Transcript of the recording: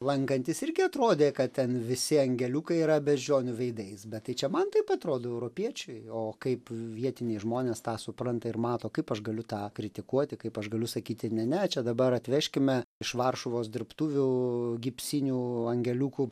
lankantis irgi atrodė kad ten visi angeliukai yra beždžionių veidais bet tai čia man taip atrodo europiečiui o kaip vietiniai žmonės tą supranta ir mato kaip aš galiu tą kritikuoti kaip aš galiu sakyti ne ne čia dabar atvežkime iš varšuvos dirbtuvių gipsinių angeliukų